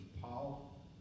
Paul